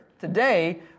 today